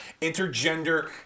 Intergender